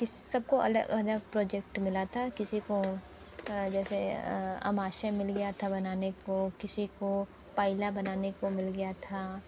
किस सब को अलग अलग प्रोजेक्ट मिला था किसी को जैसे अमाशय मिल गया था बनाने को किसी को पालना बनाने को मिल गया था